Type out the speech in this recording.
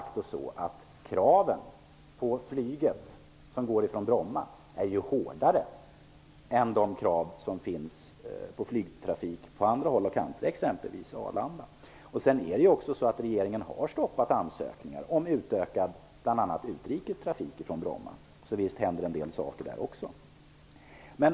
Kraven på flyget på Bromma är också de facto hårdare än kraven på flygtrafik på andra håll, exempelvis på Arlanda. Regeringen har också stoppat ansökningar om utökad bl.a. utrikes trafik på Bromma. Det händer alltså en del saker också på den fronten.